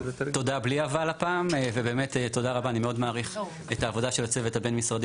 אני מעריך מאוד את העבודה של הצוות הבין-משרדי